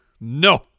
no